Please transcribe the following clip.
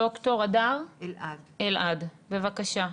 ד"ר הדר אלעד, בבקשה.